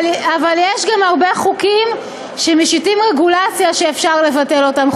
אבל יש גם הרבה חוקים שמשיתים רגולציה שאפשר לבטל אותם,